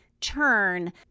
turn